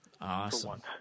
Awesome